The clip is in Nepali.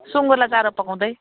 सुँगुरलाई चारो पकाउँदै